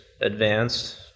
advanced